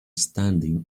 standing